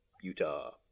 Utah